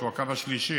שהוא הקו השלישי,